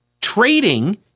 trading